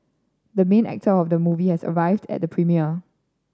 the mean actor of the movie has arrived at the premiere